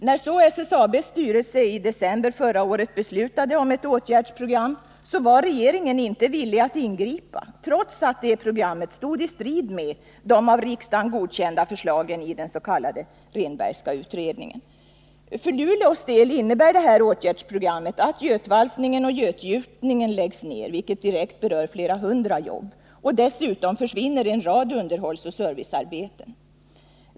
När så SSAB:s styrelse i december förra året beslutade om ett åtgärdsprogram, var regeringen inte villig att ingripa, trots att detta program stod i strid med de av riksdagen godkända förslagen i den s.k. Renbergska utredningen. För Luleås del innebär åtgärdsprogrammet att götvalsningen och götgjutningen läggs ned, vilket direkt berör flera hundra jobb. Dessutom försvinner en rad underhållsoch servicearbeten.